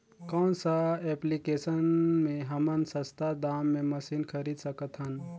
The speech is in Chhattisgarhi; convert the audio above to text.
कौन सा एप्लिकेशन मे हमन सस्ता दाम मे मशीन खरीद सकत हन?